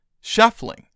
shuffling